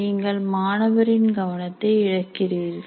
நீங்கள் மாணவரின் கவனத்தை இழக்கிறீர்கள்